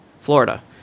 Florida